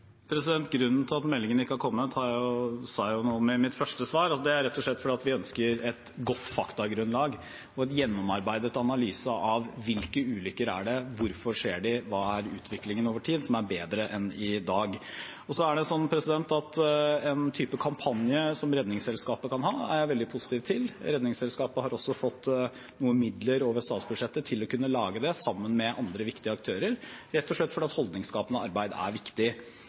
Grunnen til at meldingen ikke har kommet, sa jeg noe om i mitt første svar. Det er rett og slett fordi vi ønsker et godt faktagrunnlag og en gjennomarbeidet analyse – hvilke ulykker er det, hvorfor skjer de, og hva er utviklingen over tid – som er bedre enn i dag. Så er det sånn at en type kampanje som Redningsselskapet kan ha, er jeg veldig positiv til. Redningsselskapet har også fått noe midler over statsbudsjettet til å kunne lage det, sammen med andre viktige aktører, rett og slett fordi holdningsskapende arbeid er viktig.